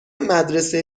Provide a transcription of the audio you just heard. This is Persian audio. مدرسه